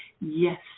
yes